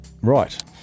Right